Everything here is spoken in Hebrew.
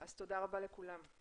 תודה רבה לכולם.